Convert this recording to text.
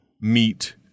Meet